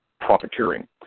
profiteering